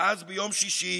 ואז, ביום שישי,